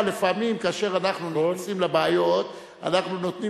לפעמים כאשר אנחנו נכנסים לבעיות אנחנו נותנים